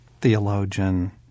theologian